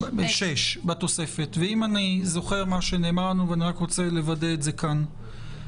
אם אני זוכר מה שנאמר, אני רוצה לוודא את זה כאן.